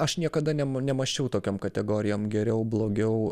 aš niekada nemąsčiau tokiom kategorijom geriau blogiau